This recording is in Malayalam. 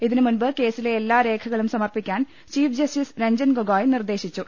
ഇതിനു മുൻപ് കേസിലെ എല്ലാ രേഖകളും സമർപ്പിക്കാൻ ചീഫ് ജസ്റ്റിസ് രൂഞ്ജൻ ഗൊഗോയ് നിർദ്ദേശിച്ചു